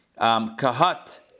Kahat